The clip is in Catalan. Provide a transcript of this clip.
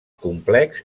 complex